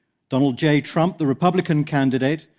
donald j. trump, the republic and candidate,